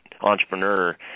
entrepreneur